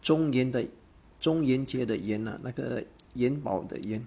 中元的中元节的元那个元宝的元